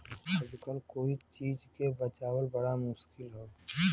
आजकल कोई चीज के बचावल बड़ा मुश्किल हौ